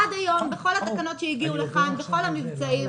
עד היום בכל התקנות שהגיעו לכאן בכל המבצעים